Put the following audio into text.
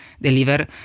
deliver